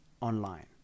online